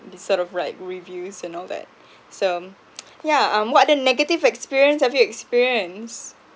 this sort of like reviews and all that so yeah um what other negative experience have you experienced